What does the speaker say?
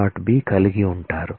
b కలిగి ఉంటారు